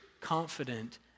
confident